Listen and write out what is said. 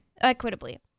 Equitably